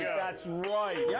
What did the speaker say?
yeah that's right, yeah